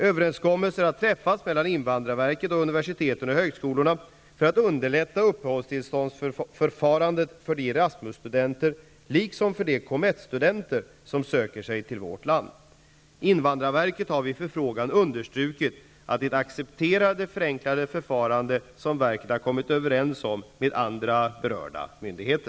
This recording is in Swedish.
Överenskommelser har träffats mellan invandrarverket och universiteten och högskolorna för att underlätta uppehållstillståndsförfarandet för de ERASMUS-studenter, liksom för de COMETT studenter, som söker sig till vårt land. Invandrarverket har vid förfrågan understrukit att det accepterar det förenklade förfarande som verket har kommit överens om med andra berörda myndigheter.